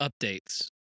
updates